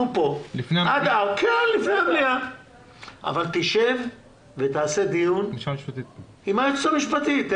אנחנו פה עד 16:00. אבל שב ותעשה דיון עם היועצת המשפטית.